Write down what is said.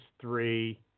three